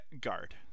Guard